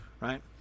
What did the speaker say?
Right